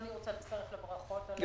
רוצה להצטרף לברכות על